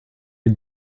did